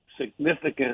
significant